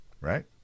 Right